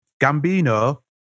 Gambino